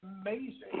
amazing